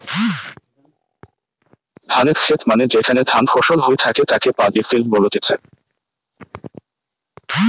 ধানের খেত মানে যেখানে ধান ফসল হই থাকে তাকে পাড্ডি ফিল্ড বলতিছে